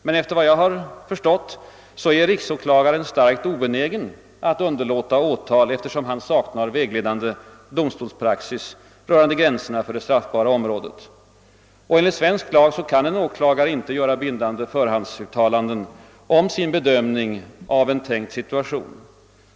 Men efter vad jag kan förstå är riksåklagaren starkt obenägen att underlåta åtal, eftersom han saknar vägledande domstolspraxis rö rande gränserna för det straffbara området. Och enligt svensk lag kan en åklagare inte göra bindande förhandsuttalanden om sin bedömning av en tänkt situation.